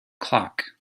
clock